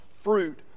fruit